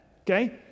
Okay